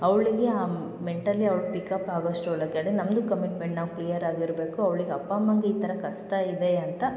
ಅವಳಿಗೆ ಮೆಂಟಲಿ ಅವ್ಳು ಪಿಕಪ್ ಆಗೋಷ್ಟ್ರೊಳಗಡೆ ನಮ್ಮದೂ ಕಮಿಟ್ಮೆಂಟ್ ನಾವು ಕ್ಲಿಯರ್ ಆಗಿರಬೇಕು ಅವ್ಳಿಗೆ ಅಪ್ಪ ಅಮ್ಮಂಗೆ ಈ ಥರ ಕಷ್ಟ ಇದೆ ಅಂತ